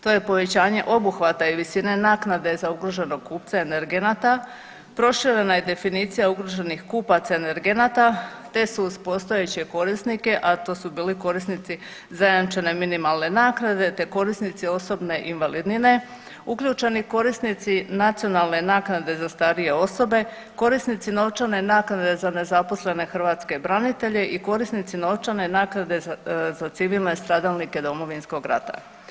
To je povećanje obuhvata i visine naknade za ugroženog kupca energenata, proširena je definicija ugroženih kupaca energenata te su uz postojeće korisnike, a to su bili korisnici zajamčene minimalne naknade te korisnici osobne invalidnine uključeni korisnici nacionalne naknade za starije osobe, korisnici novčane naknade za nezaposlene hrvatske branitelje i korisnici novčane naknade za civilne stradalnike Domovinskog rata.